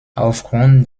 aufgrund